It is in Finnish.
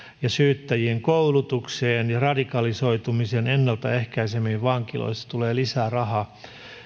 ja syyttäjien koulutukseen ja radikalisoitumisen ennalta ehkäisemiseen vankiloissa tulee lisää rahaa